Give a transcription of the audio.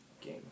game